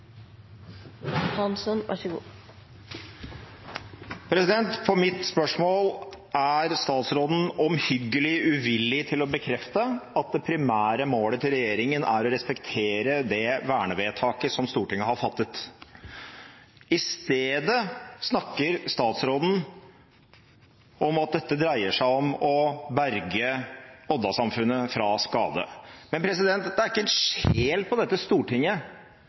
statsråden omhyggelig uvillig til å bekrefte at det primære målet til regjeringen er å respektere det vernevedtaket som Stortinget har fattet. I stedet snakker statsråden om at dette dreier seg om å berge Odda-samfunnet fra skade. Men det er ikke en sjel på dette stortinget